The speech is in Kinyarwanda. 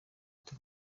iti